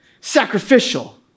sacrificial